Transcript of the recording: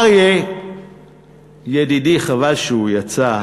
אריה ידידי, חבל שהוא יצא,